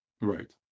Right